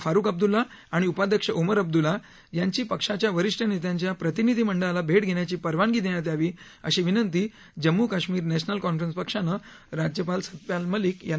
फारुख अब्द्रल्ला आणि उपाध्क्ष ओमर अब्द्रल्ला यांची पक्षाच्या वरिष्ठ नेत्यांच्या प्रतिनिधी मंडळाला भेट घेण्याची परवानगी देण्यात यावी अशी विनंती जम्म् काश्मीर नॅशनल कॉन्फरन्स पक्षानं राज्यपाल सत्यपाल मलिक यांना आज केली